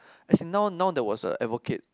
as in now now there was a advocate